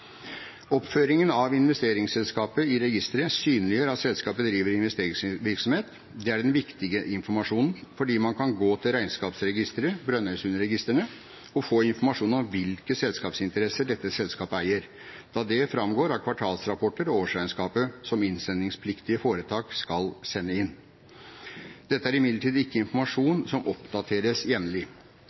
Oppføringen av investeringsselskapet i registeret synliggjør at selskapet driver investeringsvirksomhet. Det er den viktige informasjonen, fordi man kan gå til Regnskapsregisteret – Brønnøysundregistrene – og få informasjon om hvilke selskapsinteresser dette selskapet eier, da det framgår av kvartalsrapporter og årsregnskap, som innsendingspliktige foretak skal sende inn. Dette er imidlertid ikke informasjon som